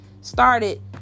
started